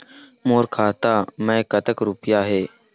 मोर खाता मैं कतक रुपया हे?